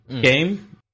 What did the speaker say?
game